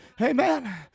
Amen